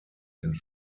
sind